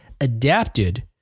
adapted